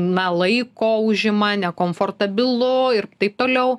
na laiko užima nekomfortabilu ir taip toliau